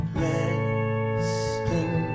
resting